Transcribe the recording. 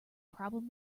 problem